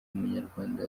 munyarwanda